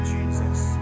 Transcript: Jesus